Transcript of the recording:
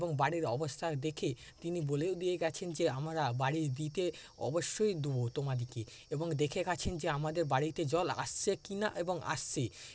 এবং বাড়ির অবস্থা দেখে তিনি বলেও দিয়ে গেছেন যে আমরা বাড়ি দিতে অবশ্যই দোবো তোমাদেরকে এবং দেখে গেছেন যে আমাদের বাড়িতে জল আসছে কিনা এবং আসছে